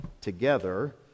together